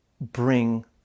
bring